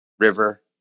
river